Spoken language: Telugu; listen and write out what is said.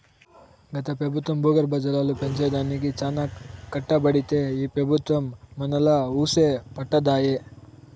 గత పెబుత్వం భూగర్భ జలాలు పెంచే దానికి చానా కట్టబడితే ఈ పెబుత్వం మనాలా వూసే పట్టదాయె